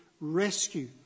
rescue